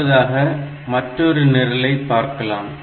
அடுத்ததாக மற்றொரு நிரலை பார்க்கலாம்